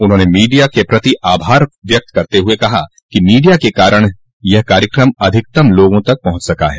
उन्होंने मीडिया के प्रति आभार व्यक्त करते हुए कहा कि मीडिया के कारण यह कार्यक्रम अधिकतम लोगों तक पहुंच सका है